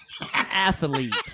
Athlete